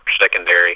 secondary